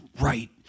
right